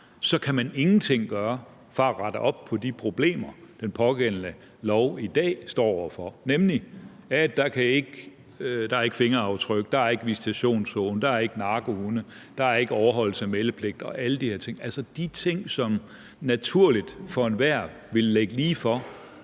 så kan man ingenting gøre for at rette op på de problemer, som man med den pågældende lov i dag står over for, nemlig at der ikke behøves være fingeraftryk, en visitationszone, narkohunde, overholdelse af meldepligt og alle de her ting. Altså, de ting, som det er naturligt for enhver ville ligge lige for,